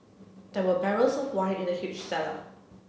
there were barrels of wine in the huge cellar